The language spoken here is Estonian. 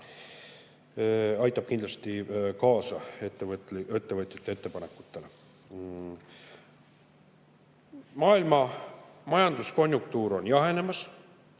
aitab kindlasti kaasa ettevõtjate ettepanekutele. Maailma majanduskonjunktuur on jahenemas.